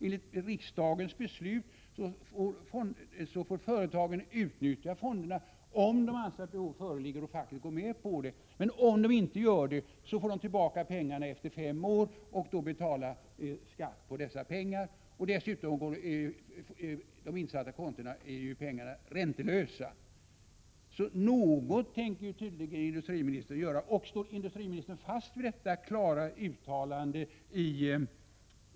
Enligt riksdagens beslut får företagen utnyttja fonderna om de anser att behov föreligger och facket går med på det, men om de inte gör det får de tillbaka pengarna efter fem år och måste då betala skatt på pengarna. Dessutom är de insatta pengarna på kontona räntelösa. Något tänker industriministern tydligen göra. Står industriministern fast vid det klara uttalandet